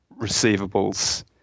receivables